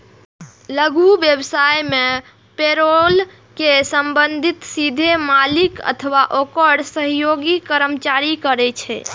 लघु व्यवसाय मे पेरोल के प्रबंधन सीधे मालिक अथवा ओकर सहयोगी कर्मचारी करै छै